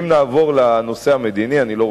על זה נאמר: סוף מעשה במחשבה תחילה.